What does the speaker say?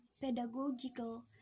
Pedagogical